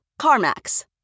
CarMax